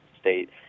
state